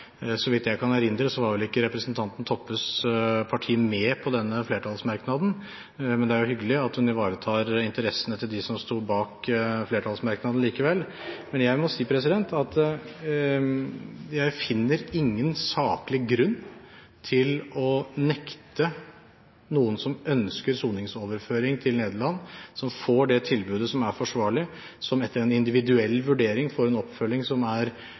Så vidt jeg kan erindre, var vel ikke representanten Toppes parti med på denne flertallsmerknaden, men det er jo hyggelig at hun ivaretar interessene til dem som sto bak flertallsmerknaden likevel. Jeg må si at jeg finner ingen saklig grunn til å nekte noen som ønsker soningsoverføring til Nederland, som får et forsvarlig tilbud, og som etter en individuell vurdering får en oppfølging som er tilsvarende den man ville fått i Norge, overføring til soning i Nederland. Nå er